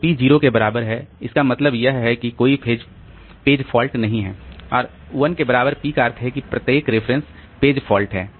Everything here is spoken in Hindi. तो पी 0 के बराबर इसका मतलब यह है कि कोई पेज फॉल्ट नहीं है और 1 के बराबर p का अर्थ है कि प्रत्येक रेफरेंस पेज फॉल्ट है